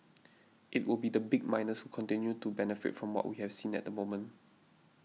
it will be the big miners who continue to benefit from what we have seen at the moment